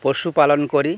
পশুপালন করি